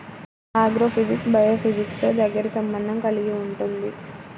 agrophysics బయోఫిజిక్స్తో దగ్గరి సంబంధం కలిగి ఉంటుంది